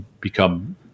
become